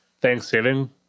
Thanksgiving